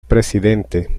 presidente